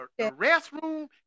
restroom